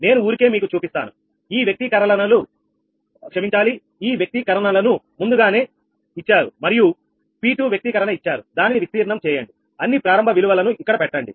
నేను ఊరికే మీకు చూపిస్తాను ఈ వ్యక్తీకరణలను ముందుగానే ఇచ్చారు మరియు P2 వ్యక్తీకరణ ఇచ్చారు దానిని విస్తీర్ణం చేయండి అన్ని ప్రారంభ విలువలను ఇక్కడ పెట్టండి